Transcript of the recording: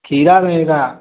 खीरा रहेगा